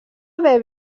haver